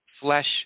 flesh